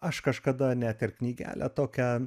aš kažkada net ir knygelę tokią